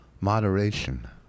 Moderation